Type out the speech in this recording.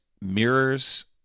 mirrors